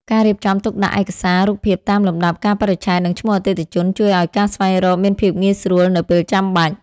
ការរៀបចំទុកដាក់ឯកសាររូបភាពតាមលំដាប់កាលបរិច្ឆេទ និងឈ្មោះអតិថិជន ជួយឱ្យការស្វែងរកមានភាពងាយស្រួលនៅពេលចាំបាច់។